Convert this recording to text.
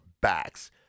backs –